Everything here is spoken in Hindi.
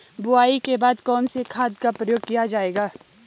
बुआई के बाद कौन से खाद का प्रयोग किया जायेगा?